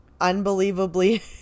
Unbelievably